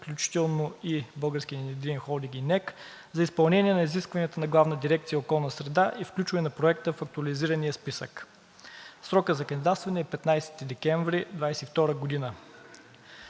холдинг и НЕК, за изпълнение на изискванията на Главна дирекция „Околна среда“ и включване на Проекта в актуализирания списък. Срокът за кандидатстване е 15 декември 2022 г.